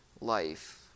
life